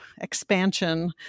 expansion